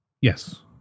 yes